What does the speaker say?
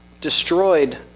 destroyed